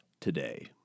today